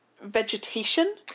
vegetation